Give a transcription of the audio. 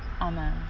Amen